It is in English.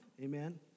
Amen